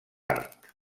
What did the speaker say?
art